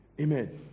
Amen